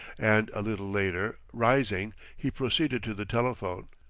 and a little later, rising, he proceeded to the telephone.